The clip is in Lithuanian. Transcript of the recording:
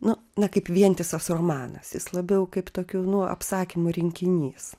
nu na kaip vientisas romanas jis labiau kaip tokių nuo apsakymų rinkinys